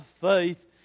faith